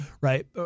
Right